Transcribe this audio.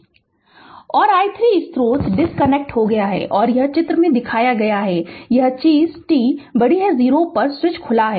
Refer Slide Time 1324 और i ३ स्रोत disconnect हो गया है और यह चित्र में दिखाया गया है कि यह चीज़ t 0 पर स्विच खुला है